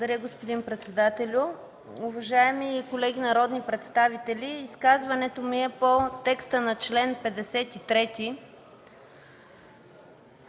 Благодаря, господин председателю. Уважаеми колеги народни представители, изказването ми е по текста на чл. 53.